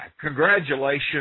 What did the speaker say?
congratulations